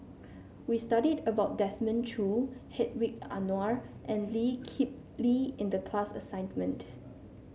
we studied about Desmond Choo Hedwig Anuar and Lee Kip Lee in the class assignment